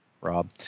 Rob